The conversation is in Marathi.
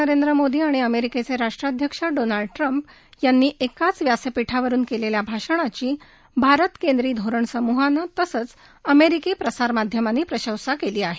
ह्युस्टन मध्ये प्रधानमंत्री नरेंद्र मोदी आणि अमेरिकेचे राष्ट्राध्यक्ष डोनाल्ड टूम्प यांनी एकाच व्यासपीठावरून केलेल्या भाषणाची भारत केंद्रि धोरण समूहानं तसंच अमेरिकी प्रसारमाध्यमांनी प्रशंसा केली आहे